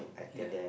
ya